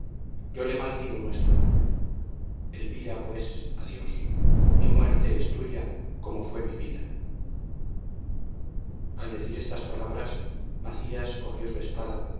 le maldigo nuestro amor elvira pues adiós mi muerte es tuya como fue mi vida al decir estas palabras macías cogió su espada